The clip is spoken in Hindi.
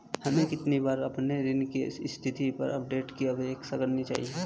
हमें कितनी बार अपने ऋण की स्थिति पर अपडेट की अपेक्षा करनी चाहिए?